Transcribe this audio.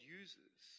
uses